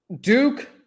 Duke